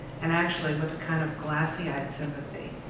and actually with a kind of glassy-eyed sympathy.